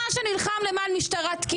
אתה שנלחם למען משטרה תקינה,